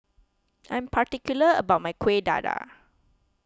I'm particular about my Kueh Dadar